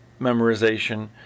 memorization